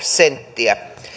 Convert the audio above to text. senttiä